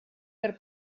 per